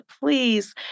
please